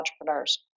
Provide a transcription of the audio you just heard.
entrepreneurs